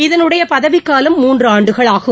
இதனுடைய பதவிக்காலம் மூன்று ஆண்டுகள் ஆகும்